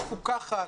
מפוקחת,